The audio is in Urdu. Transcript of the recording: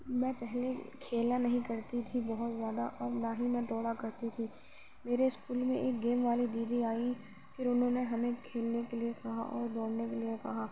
میں پہلے کھیلا نہیں کرتی تھی بہت زیادہ اور نہ ہی میں دوڑا کرتی تھی میرے اسکول میں ایک گیم والی دیدی آئی پھر انہوں نے ہمیں کھیلنے کے لیے کہا اور دوڑنے کے لیے کہا